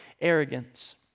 arrogance